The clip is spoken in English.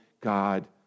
God